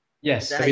Yes